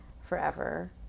forever